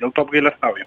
dėl to apgailestauju